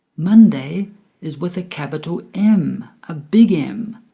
monday is with a capital m, a big m,